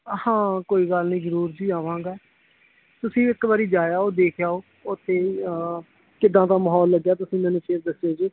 ਹਾਂ ਕੋਈ ਗੱਲ ਨਹੀਂ ਜ਼ਰੂਰ ਜੀ ਆਵਾਂਗਾ ਤੁਸੀਂ ਇੱਕ ਵਾਰ ਜਾ ਆਓ ਦੇਖ ਆਓ ਉੱਥੇ ਕਿੱਦਾਂ ਦਾ ਮਾਹੌਲ ਲੱਗਿਆ ਤੁਸੀਂ ਮੈਨੂੰ ਫਿਰ ਦੱਸਿਆ ਜੇ